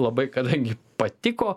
labai kadangi patiko